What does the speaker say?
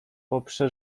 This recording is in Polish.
poprze